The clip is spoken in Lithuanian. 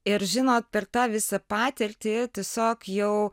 ir žinot per tą visą patirtį tiesiog jau